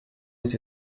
aux